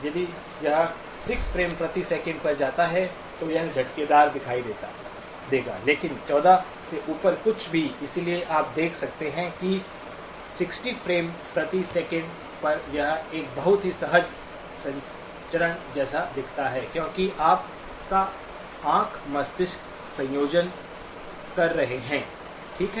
यदि यह 6 फ्रेम प्रति सेकंड पर जाता है तो यह झटकेदार दिखाई देगा लेकिन 14 से ऊपर कुछ भी इसलिए आप देख सकते हैं कि 60 फ्रेम प्रति सेकंड पर यह एक बहुत ही सहज संचरण जैसा दिखता है क्योंकि आपका आंख मस्तिष्क संयोजन कर रहे है ठीक है